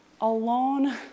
alone